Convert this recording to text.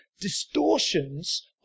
distortions